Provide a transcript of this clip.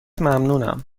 ممنونم